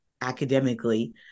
academically